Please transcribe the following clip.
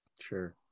Sure